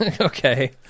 Okay